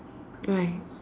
right